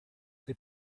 they